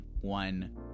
one